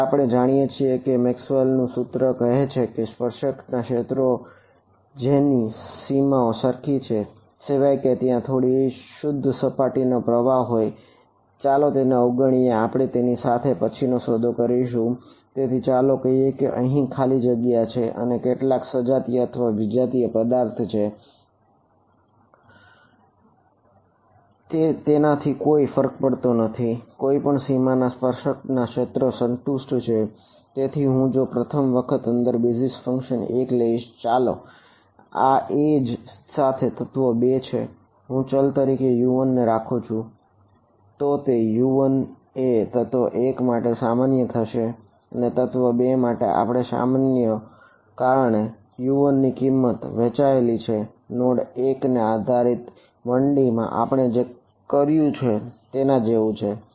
તેથી આપણે જાણીએ છીએ કે મેક્સવેલનું સાથે તત્વ 2 છે જો હું ચલ તરીકે U1 ને રાખું છું તો તે U1 એ તત્વ 1 માટે સામાન્ય થશે અને તત્વ 2 માટે પણ સામાન્ય થશે કારણ કે તે U1 ની કિંમત વહેંચાયેલી છે તે નોડ ને આધારિત 1D માં આપણે જે કર્યું હતું તેના જેવું છે